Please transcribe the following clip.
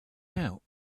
out